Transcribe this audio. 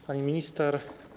Pani Minister!